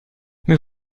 mais